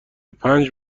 پنج